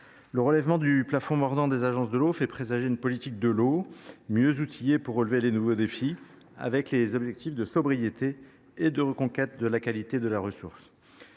Le relèvement du plafond mordant des agences de l’eau fait présager une politique en la matière mieux outillée pour relever les nouveaux défis, guidée par les objectifs de sobriété et de reconquête de la qualité de la ressource.